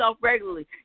regularly